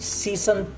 season